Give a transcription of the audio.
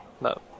No